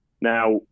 Now